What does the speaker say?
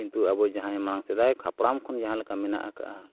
ᱠᱤᱱᱛᱩ ᱟᱵᱚ ᱡᱟᱦᱟᱭ ᱢᱟᱲᱟᱝ ᱥᱮᱫᱟᱭ ᱦᱟᱯᱲᱟᱢ ᱠᱷᱚᱱ ᱡᱟᱦᱟᱸᱞᱮᱠᱟ ᱢᱮᱱᱟᱜ ᱟᱠᱟᱜᱼᱟ